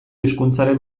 hizkuntzaren